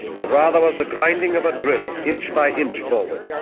but rather was the grinding of a drill, inch by inch forward.